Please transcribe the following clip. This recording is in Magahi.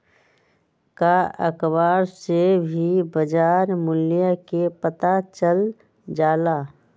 का अखबार से भी बजार मूल्य के पता चल जाला?